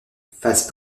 face